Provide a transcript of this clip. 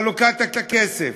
הכסף.